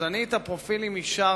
אז אני את הפרופילים אישרתי,